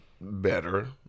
Better